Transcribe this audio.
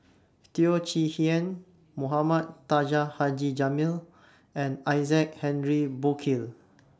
Teo Chee Hean Mohamed Taha Haji Jamil and Isaac Henry Burkill